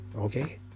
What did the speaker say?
okay